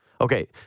Okay